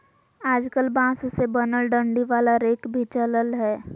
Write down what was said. आजकल बांस से बनल डंडी वाला रेक भी चलल हय